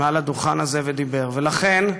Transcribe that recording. ולכן,